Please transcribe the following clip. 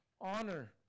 honor